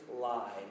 lie